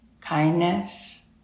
kindness